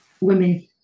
women